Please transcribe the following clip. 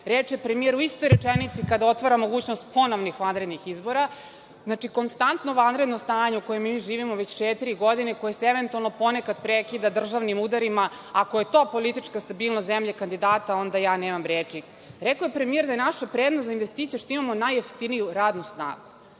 reče premijer u istoj rečenici kada otvara mogućnost ponovnih vanrednih izbora. Znači, konstanto vanredno stanje u kojem mi živimo već četiri godine, koje se eventualno ponekad prekida državnim udarima, ako je to politička stabilnost zemlje kandidata, onda ja nemam reči. Rekao je premijer da je naša prednost za investicije što imamo najjeftiniju radnu snagu.